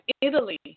Italy